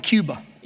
Cuba